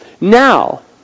Now